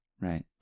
Right